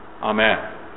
Amen